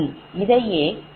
இதையே type 2 என்று கூறினேன்